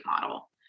model